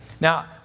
Now